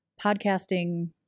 podcasting